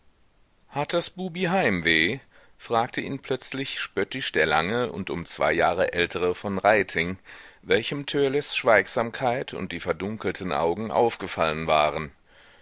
hat das bubi heimweh fragte ihn plötzlich spöttisch der lange und um zwei jahre ältere v reiting welchem törleß schweigsamkeit und die verdunkelten augen aufgefallen waren